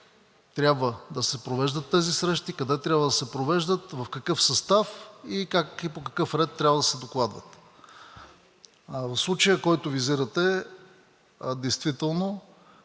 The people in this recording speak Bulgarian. как трябва да се провеждат тези срещи, къде трябва да се провеждат, в какъв състав и по какъв ред трябва да се докладват. В случая, който визирате, действително,